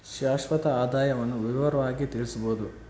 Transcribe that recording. ಶಾಶ್ವತ ಆದಾಯವನ್ನು ವಿವರವಾಗಿ ತಿಳಿಯಬೊದು